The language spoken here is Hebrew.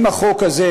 אם החוק הזה,